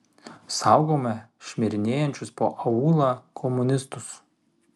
saugome šmirinėjančius po aūlą komunistus